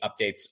updates